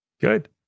Good